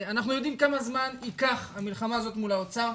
אנחנו יודעים כמה זמן תיקח המלחמה הזאת מול האוצר.